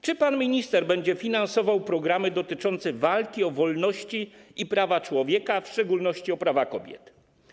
Czy pan minister będzie finansował programy dotyczące walki o wolności i prawa człowieka, w szczególności o prawa kobiet?